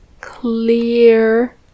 clear